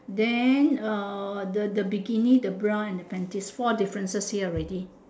then uh the the bikini the bra and the panties four differences here already